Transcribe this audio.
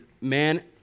man